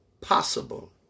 possible